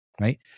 right